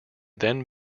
then